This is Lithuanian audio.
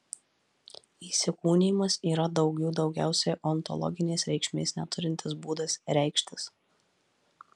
įsikūnijimas yra daugių daugiausiai ontologinės reikšmės neturintis būdas reikštis